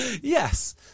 Yes